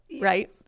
right